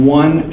one